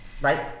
Right